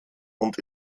und